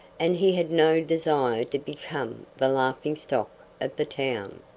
and he had no desire to become the laughing stock of the town.